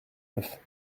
neuf